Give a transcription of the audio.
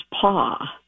paw